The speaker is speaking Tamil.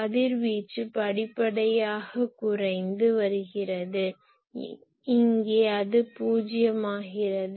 கதிர்வீச்சு படிப்படியாக குறைந்து வருகிறது இங்கே அது பூஜ்ஜியமாகிறது